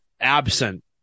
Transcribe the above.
absent